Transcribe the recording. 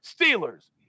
Steelers